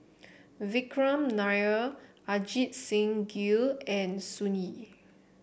Vikram Nair Ajit Singh Gill and Sun Yee